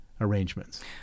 arrangements